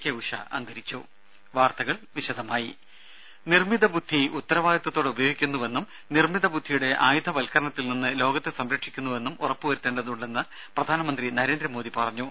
K Usha അന്തരിച്ചു വാർത്തകൾ വിശദമായി നിർമ്മിതബുദ്ധി ഉത്തരവാദിത്വത്തോടെ ഉപയോഗിക്കു ന്നുവെന്നും നിർമ്മിതബുദ്ധിയുടെ ആയുധവത്ക്കരണത്തിൽ നിന്ന് ലോകത്തെ സംരക്ഷിക്കുന്നുവെന്നും ഉറപ്പുവരുത്തേണ്ടതുണ്ടെന്ന് പ്രധാനമന്ത്രി നരേന്ദ്രമോദി പറഞ്ഞു